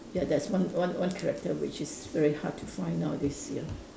ya that's one one one character which is very hard to find nowadays ya